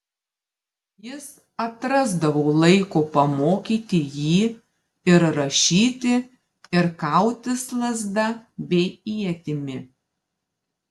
jis atrasdavo laiko pamokyti jį ir rašyti ir kautis lazda bei ietimi